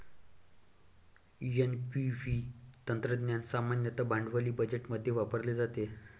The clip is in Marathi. एन.पी.व्ही तंत्रज्ञान सामान्यतः भांडवली बजेटमध्ये वापरले जाते